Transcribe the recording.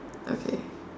okay